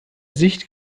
sicht